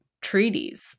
treaties